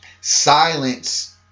silence